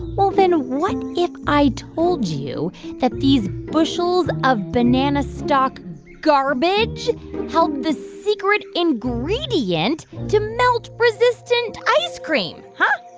well, then what if i told you that these bushels of banana stalk garbage held the secret ingredient to melt-resistant ice cream, huh?